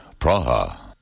Praha. (